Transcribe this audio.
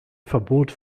verbot